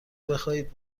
بخواهید